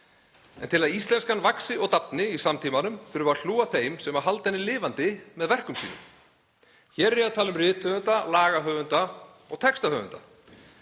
En til að íslenskan vaxi og dafni í samtímanum þarf að hlúa að þeim sem halda henni lifandi með verkum sínum. Hér er ég að tala um rithöfunda, lagahöfunda og textahöfunda.